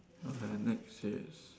okay next is